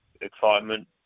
excitement